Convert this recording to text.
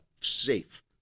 safe